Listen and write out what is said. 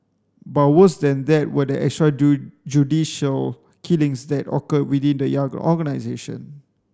but worse than that were the extra killings that occurred within the young organisation